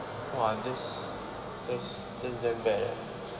!wah! that's that's damn bad leh